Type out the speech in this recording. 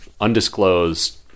undisclosed